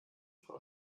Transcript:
frau